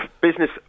business